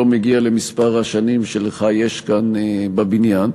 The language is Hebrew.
לא מגיע למספר השנים שלך יש כאן בבניין.